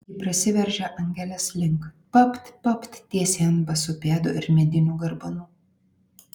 ji prasiveržia angelės link papt papt tiesiai ant basų pėdų ir medinių garbanų